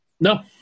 No